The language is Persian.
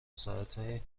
ساعتای